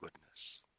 goodness